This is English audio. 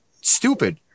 stupid